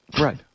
Right